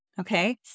Okay